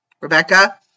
Rebecca